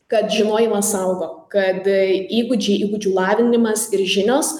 kad žinojimas saugo kad įgūdžiai įgūdžių lavinimas ir žinios